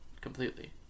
completely